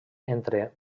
entre